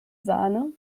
sahne